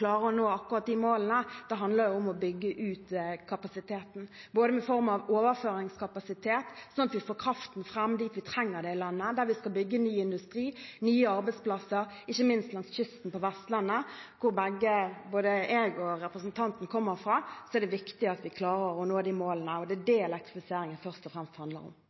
klare å nå akkurat de målene, handler om å bygge ut kapasiteten i form av overføringskapasitet, sånn at vi får kraften fram dit vi trenger det i landet, der vi skal bygge ny industri, nye arbeidsplasser, ikke minst langs kysten på Vestlandet, der både jeg og representanten kommer fra. Det er viktig at vi klarer å nå de målene, og det er det elektrifiseringen først og fremst handler om.